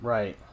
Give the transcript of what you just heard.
Right